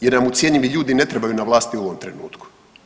Jer nam ucjenjivi ljudi ne trebaju na vlasti u ovom trenutku.